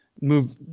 move